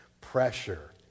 pressure